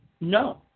No